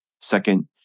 Second